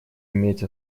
иметь